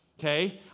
Okay